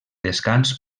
descans